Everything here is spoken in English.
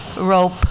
rope